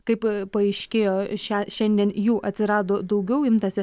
kaip paaiškėjo šią šiandien jų atsirado daugiau imtasi